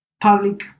public